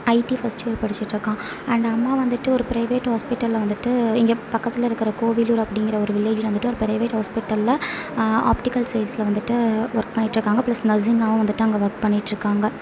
ID first year படிச்சிட்டு இருக்கான் and அம்மா வந்துட்டு ஒரு பிரைவேட் ஹாஸ்பிட்டலில் வந்துட்டு இங்கே பக்கத்தில் இருக்கிற கோவிலூர் அப்படிங்கிற ஒரு வில்லேஜில் வந்துட்டு ஒரு பிரைவேட் ஹாஸ்பிட்டலில் ஆப்டிக்கல் சேல்ஸில் வந்துட்டு ஒர்க் பண்ணிகிட்டு இருக்காங்க பிளஸ் நர்ஸிங்காவும் வந்துட்டு அங்கே ஒர்க் பண்ணிகிட்டு இருக்காங்க